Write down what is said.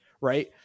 Right